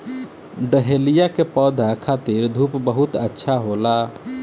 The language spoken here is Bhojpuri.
डहेलिया के पौधा खातिर धूप बहुत अच्छा होला